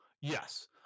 Yes